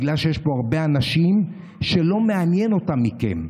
בגלל שיש פה הרבה אנשים שלא מעניין אותם מכם,